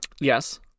Yes